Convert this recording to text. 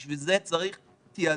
בשביל זה צריך תעדוף,